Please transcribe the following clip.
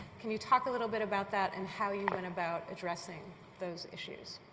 can you talk a little bit about that and how you went about addressing those issues?